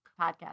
podcast